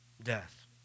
death